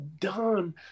done